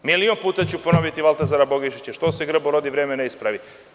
Milion puta ću ponoviti Valtazara Bogišića: „Što se grbo rodi, vreme ne ispravi“